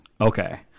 Okay